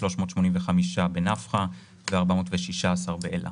385 בנפחא ו-416 באלה.